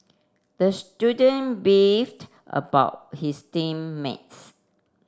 the student beefed about his team mates